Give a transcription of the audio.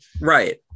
Right